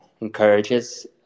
encourages